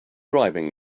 bribing